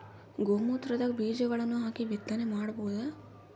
ಗೋ ಮೂತ್ರದಾಗ ಬೀಜಗಳನ್ನು ಹಾಕಿ ಬಿತ್ತನೆ ಮಾಡಬೋದ?